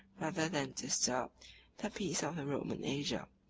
rather than disturbed, the peace of the roman asia.